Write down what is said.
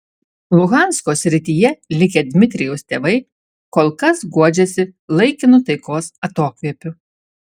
luhansko srityje likę dmitrijaus tėvai kol kas guodžiasi laikinu taikos atokvėpiu